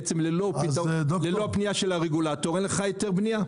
בעצם, ללא הפנייה של הרגולטור אין לך היתר בנייה.